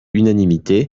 unanimité